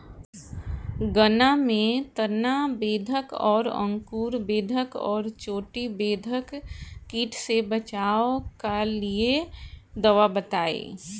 गन्ना में तना बेधक और अंकुर बेधक और चोटी बेधक कीट से बचाव कालिए दवा बताई?